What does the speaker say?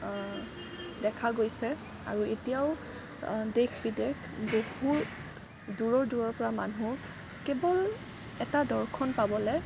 দেখা গৈছে আৰু এতিয়াও দেশ বিদেশ বহুত দূৰ দূৰৰপৰা মানুহ কেৱল এটা দৰ্শন পাবলৈ